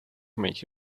make